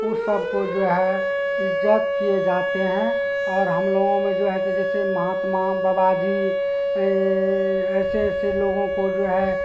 اس سب کو جو ہے عزت کیے جاتے ہیں اور ہم لوگوں میں جو ہے جیسے مہاتما بابا جی ایسے ایسے لوگوں کو جو ہے